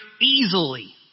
easily